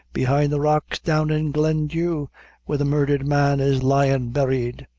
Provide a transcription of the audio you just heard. behind the rocks down in glendhu, where the murdhered man is lyin' buried.